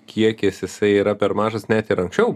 kiekis jisai yra per mažas net ir anksčiau